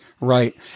right